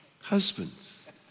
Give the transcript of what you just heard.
husbands